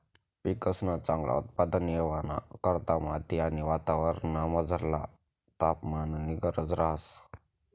पिकंसन चांगल उत्पादन येवाना करता माती आणि वातावरणमझरला तापमाननी गरज रहास